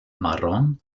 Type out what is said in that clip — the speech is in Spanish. marrón